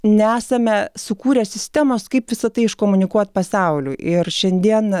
nesame sukūrę sistemos kaip visa tai iškomunikuot pasauliui ir šiandien